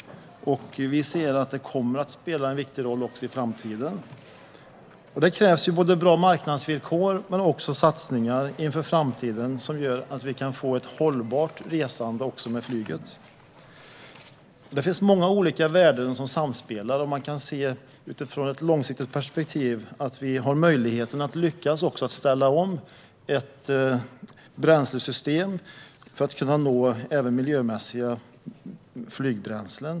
Vi ser att det kommer att spela en viktig roll också i framtiden. Det krävs bra marknadsvillkor men också satsningar inför framtiden, så att vi kan få ett hållbart resande också med flyget. Det är många olika värden som samspelar. I ett långsiktigt perspektiv kan man se att vi kommer att ha möjligheten att ställa om bränslesystem för att kunna nå även miljömässigt hållbara flygbränslen.